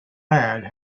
lad